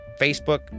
Facebook